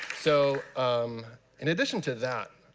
so um in addition to that,